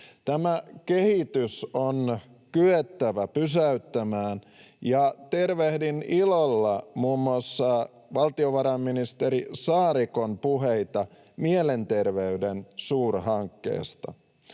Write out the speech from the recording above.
Tämä kehitys on kyettävä pysäyttämään, ja tervehdin ilolla muun muassa valtiovarainministeri Saarikon puheita mielenterveyden suurhankkeesta.